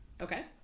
Okay